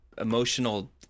emotional